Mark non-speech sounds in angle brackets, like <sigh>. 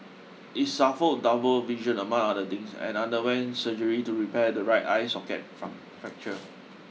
he suffered double vision among other things and underwent surgery to repair the right eye socket <unintelligible> fracture